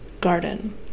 Garden